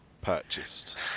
purchased